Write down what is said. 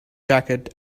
jacket